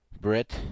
Brit